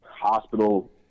hospital